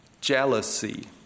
jealousy